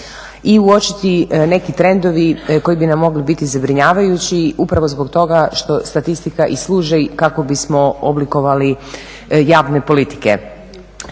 i uočiti neki trendovi koji bi nam mogli biti zabrinjavajući upravo zbog toga što statistika i služi kako bismo oblikovali javne politike.